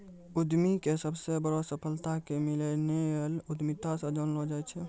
उद्यमीके सबसे बड़ो सफलता के मिल्लेनियल उद्यमिता से जानलो जाय छै